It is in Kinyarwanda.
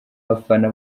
abafana